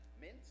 Mint